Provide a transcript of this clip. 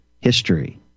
history